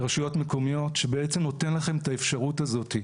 רשויות מקומיות שבעצם נותן לכם את האפשרות הזאת.